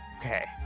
Okay